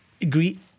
agree